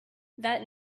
that